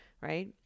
right